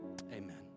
amen